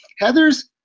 Heather's